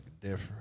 different